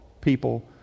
people